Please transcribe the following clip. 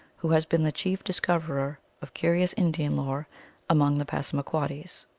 who has been the chief discoverer of curious indian lore among the passamaquoddies.